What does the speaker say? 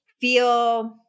feel